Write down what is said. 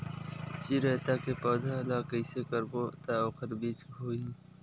चिरैता के पौधा ल कइसे करबो त ओखर बीज होई?